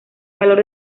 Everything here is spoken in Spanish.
valor